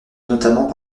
notamment